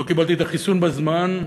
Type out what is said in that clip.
לא קיבלתי את החיסון בזמן,